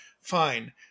fine